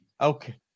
Okay